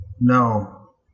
no